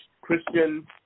Christian